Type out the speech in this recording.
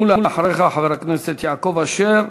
ואחריך, חבר הכנסת יעקב אשר,